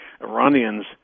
Iranians